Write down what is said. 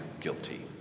guilty